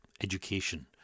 education